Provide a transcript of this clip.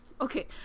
Okay